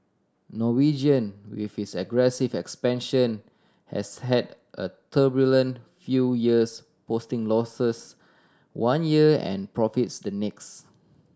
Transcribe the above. Norwegian with its aggressive expansion has had a turbulent few years posting losses one year and profits the next